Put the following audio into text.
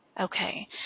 Okay